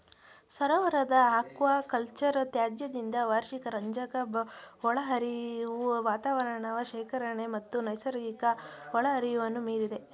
ಸರೋವರದ ಅಕ್ವಾಕಲ್ಚರ್ ತ್ಯಾಜ್ಯದಿಂದ ವಾರ್ಷಿಕ ರಂಜಕ ಒಳಹರಿವು ವಾತಾವರಣ ಶೇಖರಣೆ ಮತ್ತು ನೈಸರ್ಗಿಕ ಒಳಹರಿವನ್ನು ಮೀರಿದೆ